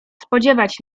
spodziewać